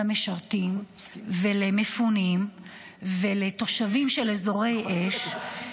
למשרתים ולמפונים ולתושבים של אזורי אש,